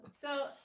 so-